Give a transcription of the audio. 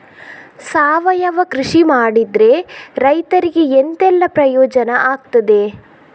ಸಾವಯವ ಕೃಷಿ ಮಾಡಿದ್ರೆ ರೈತರಿಗೆ ಎಂತೆಲ್ಲ ಪ್ರಯೋಜನ ಆಗ್ತದೆ?